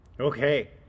Okay